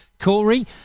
Corey